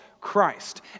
Christ